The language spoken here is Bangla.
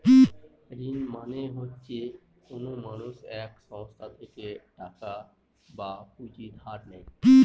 ঋণ মানে হচ্ছে কোনো মানুষ এক সংস্থা থেকে টাকা বা পুঁজি ধার নেয়